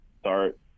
Start